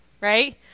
right